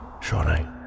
Shawnee